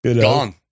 Gone